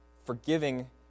Forgiving